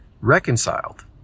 reconciled